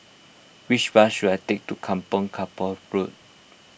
which bus should I take to Kampong Kapor Road